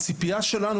הציפייה שלנו,